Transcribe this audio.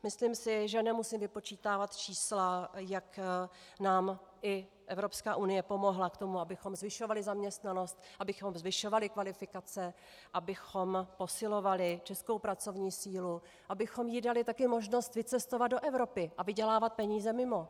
Myslím si, že nemusím vypočítávat čísla, jak nám i Evropská unie pomohla k tomu, abychom zvyšovali zaměstnanost, abychom zvyšovali kvalifikace, abychom posilovali českou pracovní sílu, abychom jí dali taky možnost vycestovat do Evropy a vydělávat peníze mimo.